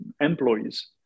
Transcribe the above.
employees